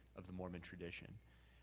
of the mormon tradition.